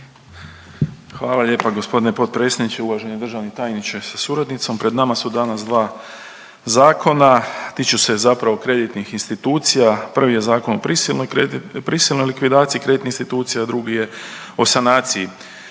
Hvala lijepa gospodine potpredsjedniče, uvaženi državni tajniče sa suradnicom. Pred nama su danas dva zakona. Tiču se zapravo kreditnih institucija. Prvi je Zakon o prisilnoj likvidaciji kreditnih institucija, a drugi je o sanaciji